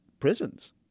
prisons